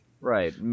Right